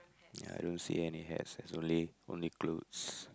ya I don't see any hats there's only only clothes